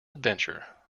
adventure